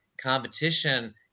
Competition